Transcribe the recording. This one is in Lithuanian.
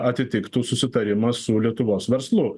atitiktų susitarimą su lietuvos verslu